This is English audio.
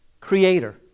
creator